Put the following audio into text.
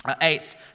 Eighth